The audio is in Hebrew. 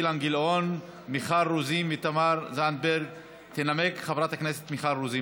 בעד, 29, נגד, 35, אין נמנעים.